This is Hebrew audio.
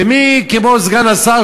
ומי כמו סגן השר,